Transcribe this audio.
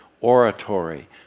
oratory